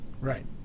Right